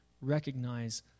recognize